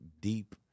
deep